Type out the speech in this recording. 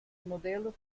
modello